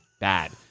bad